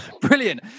Brilliant